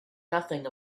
nothing